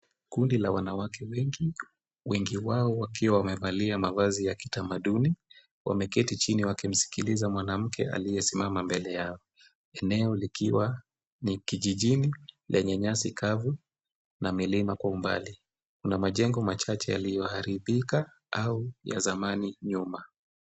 Kundi la wanawake wengi ,wengi wao wakiwa wamevalia mavazi ya kitamaduni wameketi chini wakimsikiliza mwanamke aliyesimama mbele yao. Eneo likiwa ni kijijini lenye nyasi kavu na milima kwa umbali. Kuna majengo machache yaliyoharibika au ya zamani nyuma.